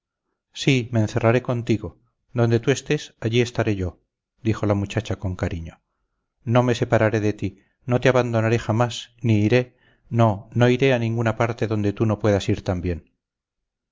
sí me encerraré contigo donde tú estés allí estaré yo dijo la muchacha con cariño no me separaré de ti no te abandonare jamas ni iré no no iré a ninguna parte donde tú no puedas ir también